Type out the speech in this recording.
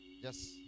Yes